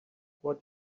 what